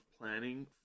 planning